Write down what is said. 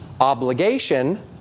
obligation